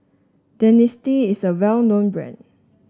Dentiste is a well known brand